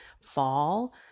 fall